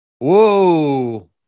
Whoa